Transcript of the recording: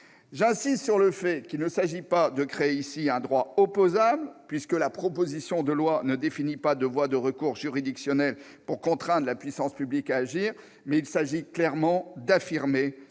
J'insiste sur le fait qu'il ne s'agit pas de créer un droit opposable, puisque la proposition de loi ne définit pas de voies de recours juridictionnelles pour contraindre la puissance publique à agir. Il s'agit simplement d'inscrire dans